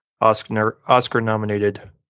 Oscar-nominated